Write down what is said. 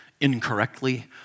incorrectly